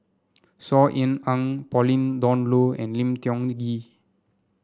Saw Ean Ang Pauline Dawn Loh and Lim Tiong Ghee